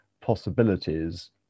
possibilities